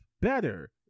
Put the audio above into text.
better